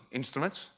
instruments